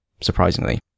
surprisingly